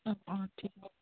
অঁ অঁ ঠিক